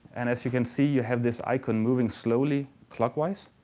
and as you can see, you have this icon moving slowly clockwise.